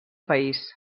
país